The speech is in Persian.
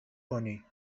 کنی